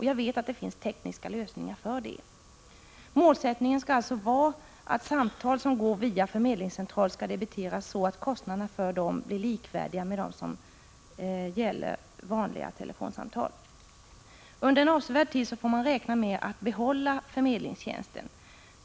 Jag vet att det finns tekniska lösningar för detta. Målsättningen skall vara att samtal som går via förmedlingscentral skall debiteras så att kostnaderna för dem blir likvärdiga med dem som gäller vanliga telefonsamtal. Under en avsevärd tid får man räkna med att behålla förmedlingstjänsterna.